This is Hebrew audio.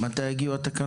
מתי יגיעו התקנות.